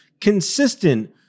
consistent